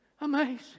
amazing